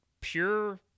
pure